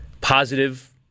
positive